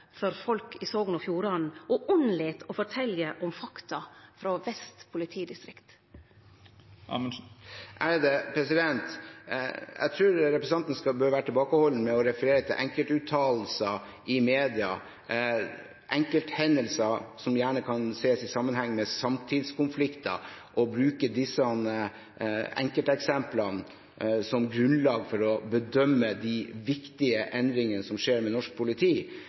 for folk i Sogn og Fjordane og unnlet å fortelje om fakta frå Vest politidistrikt? Jeg tror representanten bør være tilbakeholden med å referere til enkeltuttalelser i media, enkelthendelser som gjerne kan ses i sammenheng med samtidskonflikter, og bruke disse enkelteksemplene som grunnlag for å bedømme de viktige endringene som skjer med norsk politi.